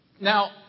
Now